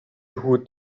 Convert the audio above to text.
who